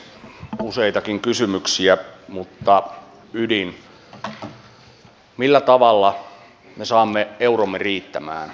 oli useitakin kysymyksiä mutta ydin oli se millä tavalla me saamme euromme riittämään